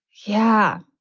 yeah,